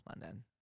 London